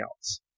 else